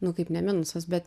nu kaip ne minusas bet